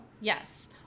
Yes